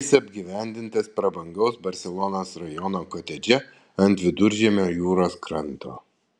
jis apgyvendintas prabangaus barselonos rajono kotedže ant viduržiemio jūros kranto